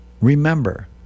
remember